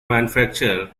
manufacturer